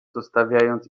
zostawiając